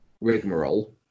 rigmarole